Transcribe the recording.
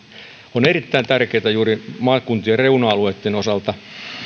on erittäin tärkeätä juuri maakuntien reuna alueitten osalta